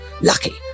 lucky